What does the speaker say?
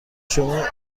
شما